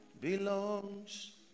belongs